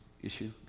issue